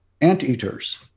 anteaters